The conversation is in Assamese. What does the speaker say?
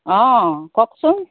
অঁ কওকচোন